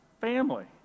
family